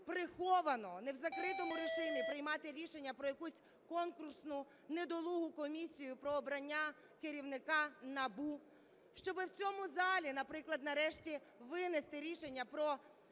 приховано, не в закритому режимі приймати рішення про якусь конкурсну недолугу комісію про обрання керівника НАБУ, щоб в цьому залі, наприклад, нарешті винести рішення про